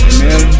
Amen